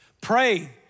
Pray